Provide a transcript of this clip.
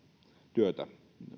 työtä